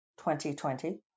2020